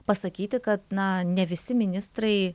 pasakyti kad na ne visi ministrai